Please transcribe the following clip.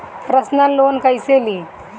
Personal loan कैसे ली?